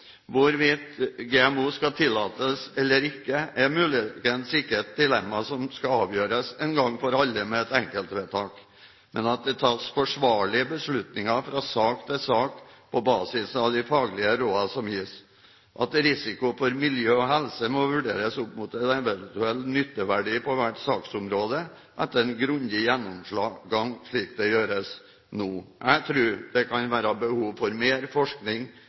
Hvorvidt GMO skal tillates eller ikke, er muligens ikke et dilemma som skal avgjøres en gang for alle med et enkeltvedtak, men at det tas forsvarlige beslutninger fra sak til sak på basis av de faglige rådene som gis – at risiko for miljø og helse må vurderes opp mot en eventuell nytteverdi på hvert saksområde etter en grundig gjennomgang, slik det gjøres nå. Jeg tror det kan være behov for mer forskning